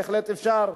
בהחלט אפשר,